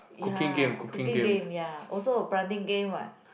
ya cooking game ya also a planting game what